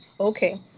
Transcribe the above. Okay